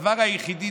הדבר היחיד,